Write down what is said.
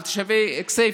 של תושבי כסייפה.